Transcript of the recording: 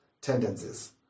tendencies